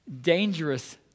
dangerous